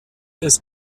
des